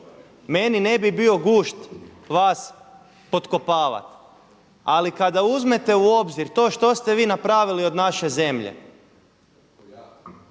meni ne bi bio gušt vas potkopavati. Ali kada uzmete u obzir to što ste vi napravili od naše zemlje,